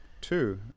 Two